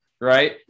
Right